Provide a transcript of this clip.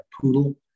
poodle